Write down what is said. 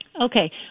Okay